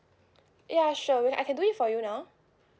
ya sure well I can do it for you now